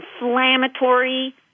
inflammatory